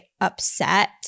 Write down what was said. upset